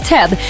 Ted